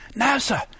NASA